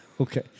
Okay